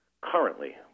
currently